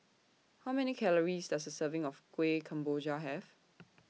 How Many Calories Does A Serving of Kueh Kemboja Have